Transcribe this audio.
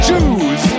Jews